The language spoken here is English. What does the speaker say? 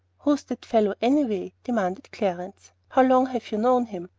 who's that fellow anyway? demanded clarence. how long have you known him?